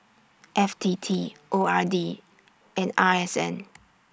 F T T O R D and R S N